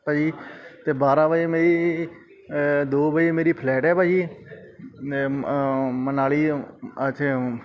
ਭਾਅ ਜੀ ਅਤੇ ਬਾਰਾਂ ਵਜੇ ਮੇਰੀ ਦੋ ਵਜੇ ਮੇਰੀ ਫਲੈਟ ਹੈ ਭਾਅ ਜੀ ਮੈਂ ਮਨਾਲੀ ਓ ਇੱਥੇ ਓ